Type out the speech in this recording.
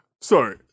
Sorry